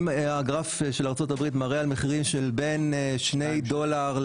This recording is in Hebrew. אם הגרף של ארצות הברית מראה על מחירים של בין שני דולרים,